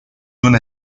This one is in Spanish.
una